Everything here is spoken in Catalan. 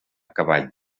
cavall